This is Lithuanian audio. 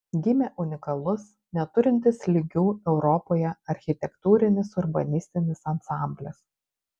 gimė unikalus neturintis lygių europoje architektūrinis urbanistinis ansamblis